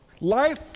Life